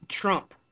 Trump